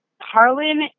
Harlan